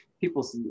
people